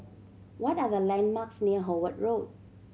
what are the landmarks near Howard Road